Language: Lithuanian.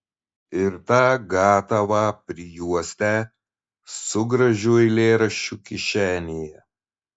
ir tą gatavą prijuostę su gražiu eilėraščiu kišenėje